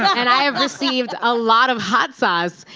and i have received a lot of hot sauce.